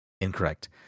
Incorrect